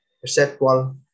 perceptual